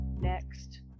next